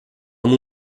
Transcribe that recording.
amb